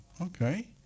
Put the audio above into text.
Okay